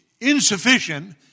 insufficient